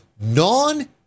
non